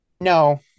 no